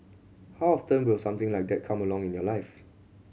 how often will something like that come along in your life